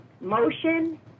motion